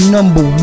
Number